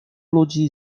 ludzi